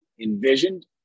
envisioned